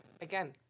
again